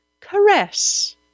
caress